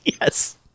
Yes